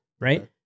right